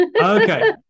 Okay